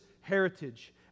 heritage